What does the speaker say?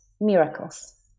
miracles